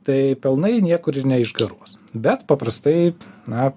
tai pelnai niekur ir neišgaruos bet paprastai na